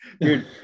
dude